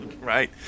Right